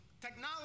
Technology